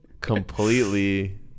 Completely